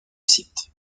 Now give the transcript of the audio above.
site